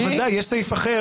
בוודאי, יש סעיף אחר.